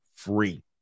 free